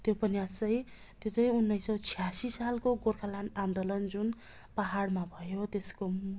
त्यो उपन्यास चाहिँ त्यो चाहिँ उन्नाइस स छयासी सालको गोर्खाल्यान्ड आन्दोलन जुन पहाडमा भयो त्यसको